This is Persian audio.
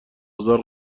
ازار